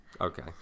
Okay